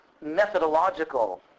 methodological